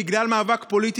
הכול מבוטל.